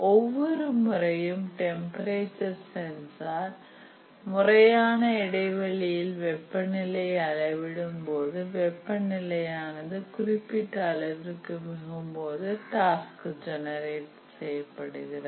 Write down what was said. ஒவ்வொரு முறையும் temperature sensor முறையான இடைவெளியில் வெப்பநிலையை அளவிடும்போது வெப்பநிலையானது குறிப்பிட்ட அளவிற்கு மிகும்போது டாஸ்க் ஜெனரேட் செய்யப்படுகிறது